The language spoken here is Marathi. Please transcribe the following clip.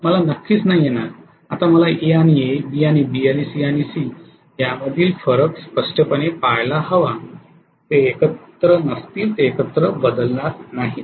मला नक्कीच नाही येणार आता मला A आणि A B आणि B C आणि C यांमधील फरक स्पष्टपणे पहायला हवा ते एकत्र नसतील ते एकत्र बदलणार नाहीत